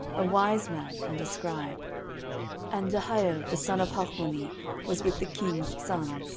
a wise man, and a scribe and jehiel the son of hachmoni was with the king's sons